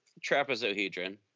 trapezohedron